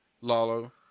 Lalo